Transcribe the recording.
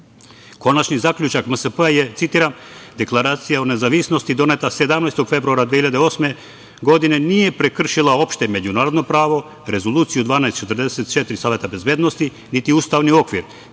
Konačni zaključak MSP je citiram – Deklaracija o nezavisnosti doneta 17. februara 2008. godine nije prekršila opšte međunarodno pravo, Rezoluciju 1244 Saveta bezbednosti, niti ustavni okvir,